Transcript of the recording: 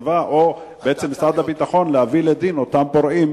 או שמשרד הביטחון מתכוון להביא לדין את אותם פורעים